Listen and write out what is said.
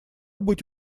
быть